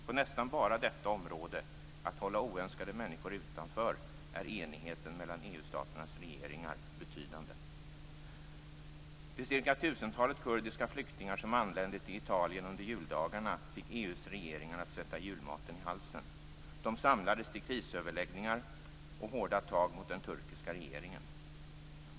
På nästan bara detta område - att hålla oönskade människor utanför - är enigheten mellan EU-staternas regeringar betydande. Det cirka tusentalet kurdiska flyktingar som anlände till Italien under juldagarna fick EU:s regeringar att sätta julmaten i halsen. De samlades till krisöverläggningar och hårda tag mot den turkiska regeringen.